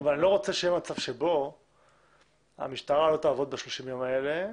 אני לא רוצה שיהיה מצב שבו המשטרה לא תעבוד ב-30 ימים האלה.